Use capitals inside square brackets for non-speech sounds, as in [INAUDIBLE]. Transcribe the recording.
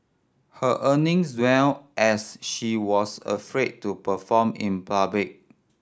her earnings [UNINTELLIGIBLE] as she was afraid to perform in public